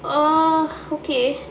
err okay